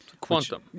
Quantum